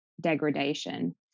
degradation